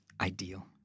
ideal